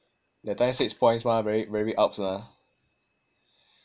that time six points mah very very ups mah